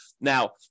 Now